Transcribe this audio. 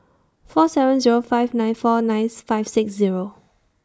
four seven Zero five nine four ninth five six Zero